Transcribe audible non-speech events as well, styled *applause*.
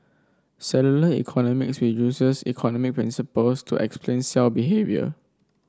cellular economies *unintelligible* uses economic principles to explain cell behaviour